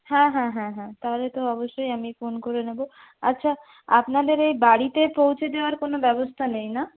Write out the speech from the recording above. হ্যাঁ হ্যাঁ হ্যাঁ হ্যাঁ তাহলে তো অবশ্যই আমি ফোন করে নেব আচ্ছা আপনাদের এই বাড়িতে পৌঁছে দেওয়ার কোনো ব্যবস্থা নেই না